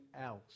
else